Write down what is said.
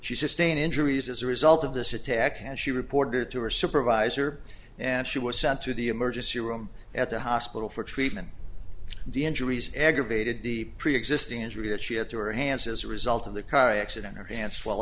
she sustained injuries as a result of this attack and she reported it to her supervisor and she was sent to the emergency room at the hospital for treatment the injuries aggravated the preexisting injury that she had to her hands as a result of the car accident her hand